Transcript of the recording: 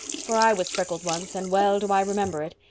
for i was freckled once and well do i remember it.